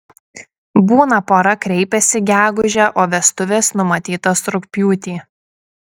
būna pora kreipiasi gegužę o vestuvės numatytos rugpjūtį